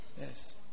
Yes